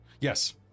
yes